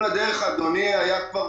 אדוני, היה כבר